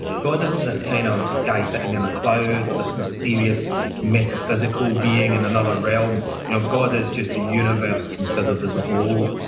god isn't this kind of guy sitting in a cloud, or this mysterious metaphysical being in another realm you know god is just the universe considered as a whole.